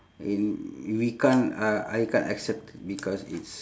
in we can't uh I can't accept it because it's